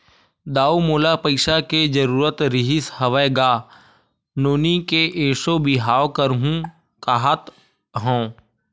दाऊ मोला पइसा के जरुरत रिहिस हवय गा, नोनी के एसो बिहाव करहूँ काँहत हँव